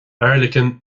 airleacain